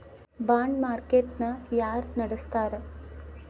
ಬಾಂಡ market ನ ಯಾರ ನಡಸ್ತಾರ?